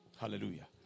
Hallelujah